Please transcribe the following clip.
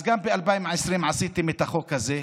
אז גם ב-2020 עשיתם את החוק הזה,